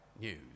news